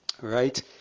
right